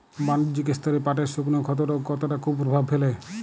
বাণিজ্যিক স্তরে পাটের শুকনো ক্ষতরোগ কতটা কুপ্রভাব ফেলে?